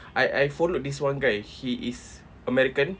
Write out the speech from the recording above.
I I followed this one guy he is american